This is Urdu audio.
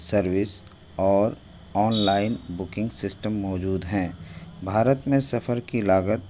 سروس اور آن لائن بکنگ سسٹم موجود ہیں بھارت میں سفر کی لاگت